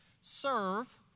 serve